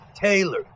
Taylor